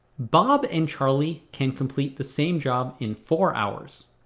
bob and charlie can complete the same job in four hours.